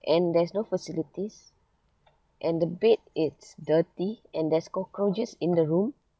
and there's no facilities and the bed it's dirty and there's cockroaches in the room